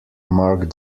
mark